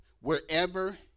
wherever